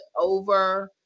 over